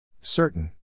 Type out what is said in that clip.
Certain